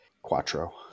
Quattro